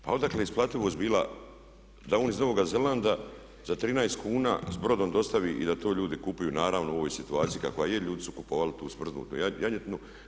Pa odakle je isplativost bila da on iz Novog Zelanda za 13 kuna s brodom dostavi i da to ljudi kupuju, naravno u ovoj situaciji kakva je ljudi su kupovali tu smrznutu janjetinu.